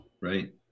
Right